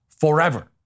forever